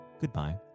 goodbye